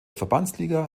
verbandsliga